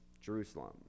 Jerusalem